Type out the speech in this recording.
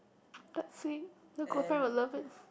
the girlfriend will love it